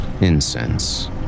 incense